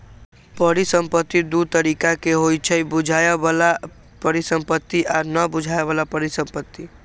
परिसंपत्ति दु तरिका के होइ छइ बुझाय बला परिसंपत्ति आ न बुझाए बला परिसंपत्ति